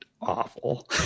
awful